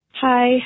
Hi